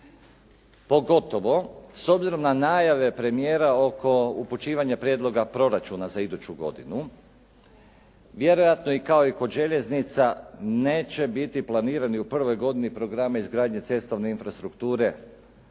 Pogotovo s obzirom na najave premijera oko upućivanje prijedloga proračuna za iduću godinu vjerojatno kao i kod željeznica neće biti planirani u prvoj godini program izgradnje cestovne infrastrukture